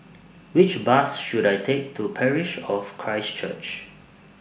Which Bus should I Take to Parish of Christ Church